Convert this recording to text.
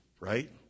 right